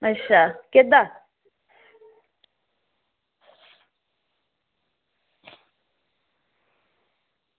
अच्छा केह्दा